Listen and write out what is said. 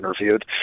interviewed